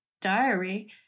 diary